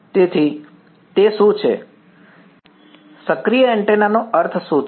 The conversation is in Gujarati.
તેથી તે શું છે સક્રિય એન્ટેના નો અર્થ શું છે